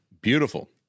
Beautiful